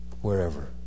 wherever